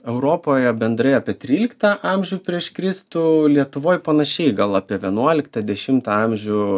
europoje bendrai apie tryliktą amžių prieš kristų lietuvoj panašiai gal apie vienuoliktą dešimtą amžių